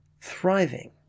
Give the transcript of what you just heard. thriving